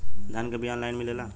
धान के बिया ऑनलाइन मिलेला?